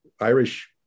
Irish